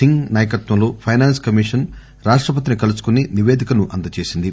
సింగ్ నాయకత్వంలో finance commission కాష్టపతిని కలుసుకుని నిపేదికను అందజేసింది